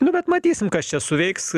nu bet matysim kas čia suveiks